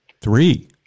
Three